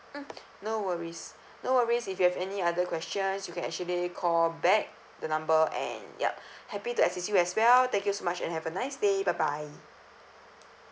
mm no worries no worries if you have any other questions you can actually call back the number and yup happy to assist you as well thank you so much and have a nice day bye bye